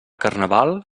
carnaval